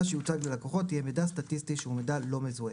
שיוצג ללקוחות יהיה מידע סטטיסטי שהוא מידע לא מזוהה,